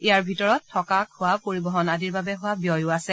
ইয়াৰ ভিতৰত থকা খোৱা পৰিবহণ আদিৰ বাবে হোৱা ব্যয়ো আছে